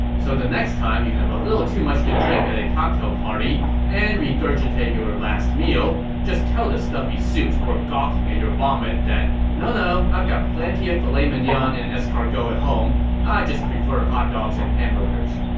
so the next time you have a little too much to drink at a cocktail party and regurgitate your last meal, just tell the stuffy suits who are gawking at your vomit that no no, i've got plenty of filet mignon and escargot at home i just prefer hotdogs and burgers